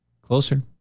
Closer